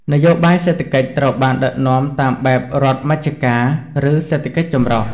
នយោបាយសេដ្ឋកិច្ចត្រូវបានដឹកនាំតាមបែប "រដ្ឋមជ្ឈការ" ឬសេដ្ឋកិច្ចចម្រុះ។